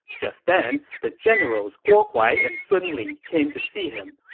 just then, the generals guo huai and sun li came to see him.